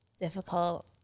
difficult